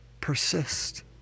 persist